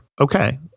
okay